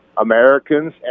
Americans